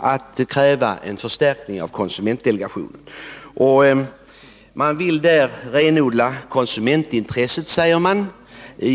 att kräva en förstärkning av konsumentdelegationen. Man säger sig vilja renodla konsumentintresset.